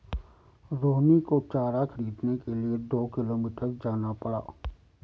रोहिणी को चारा खरीदने के लिए दो किलोमीटर जाना पड़ा